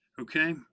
okay